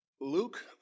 Luke